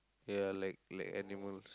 ya like like animals